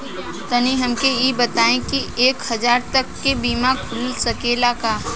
तनि हमके इ बताईं की एक हजार तक क बीमा खुल सकेला का?